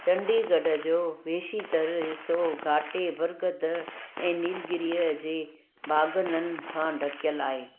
चंडीगढ़ जो बेशितरु हिस्सो घाटे बरगद ऐं नीलगिरी जे बाग़ननि खां ढकियलु आहे